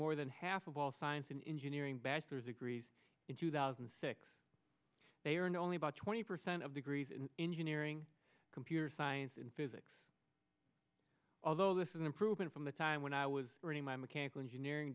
more than half of all science and engineering bachelor's degrees in two thousand and six they are now only about twenty percent of the griese in engineering computer science in physics although this is an improvement from the time when i was earning my mechanical engineering